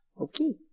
Okay